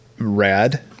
Rad